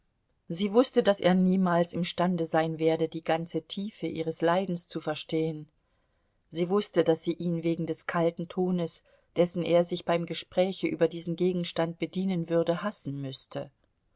sie wußte daß er niemals imstande sein werde die ganze tiefe ihres leidens zu verstehen sie wußte daß sie ihn wegen des kalten tones dessen er sich beim gespräche über diesen gegenstand bedienen würde hassen müßte